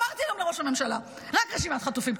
אמרתי לראש הממשלה: רק רשימת חטופים.